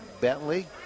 Bentley